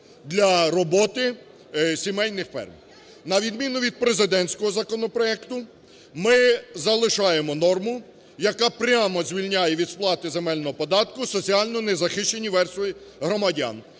для роботи сімейних ферм. На відміну від президентського законопроекту, ми залишаємо норму, яка прямо звільняє від сплати земельного податку соціально не захищені верстви громадян: